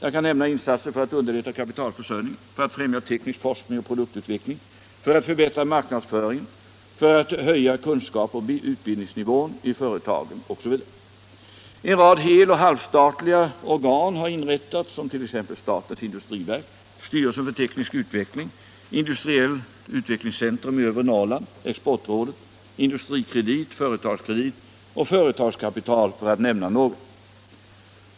Jag kan nämna insatser för att underlätta kapitalförsörjningen, för att främja teknisk forskning och produktutveckling, för att förbättra marknadsföringen, för att höja kunskapsoch utbildningsnivån i företagen osv. En rad heloch delstatliga organ har inrättats, som t.ex. statens industriverk, styrelsen för teknisk utveckling, industriellt utvecklingscentrum i övre Norrland, Exportrådet, Industrikredit, Företagskredit och Företagskapital, för att nämna några.